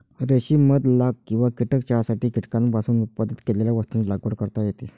रेशीम मध लाख किंवा कीटक चहासाठी कीटकांपासून उत्पादित केलेल्या वस्तूंची लागवड करता येते